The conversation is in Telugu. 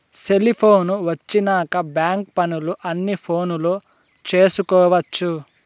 సెలిపోను వచ్చినాక బ్యాంక్ పనులు అన్ని ఫోనులో చేసుకొవచ్చు